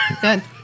Good